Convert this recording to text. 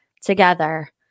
together